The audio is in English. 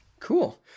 Cool